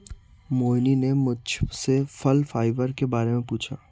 मोहिनी ने मुझसे फल फाइबर के बारे में पूछा